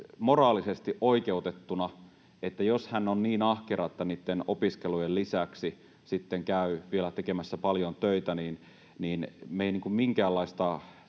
moraalisesti oikeutettuna, että jos hän on niin ahkera, että niitten opiskelujen lisäksi sitten käy vielä tekemässä paljon töitä, niin me emme tavallaan